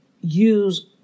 use